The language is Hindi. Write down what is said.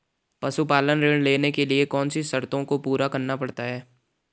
पशुपालन ऋण लेने के लिए कौन सी शर्तों को पूरा करना पड़ता है?